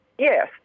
Yes